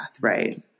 right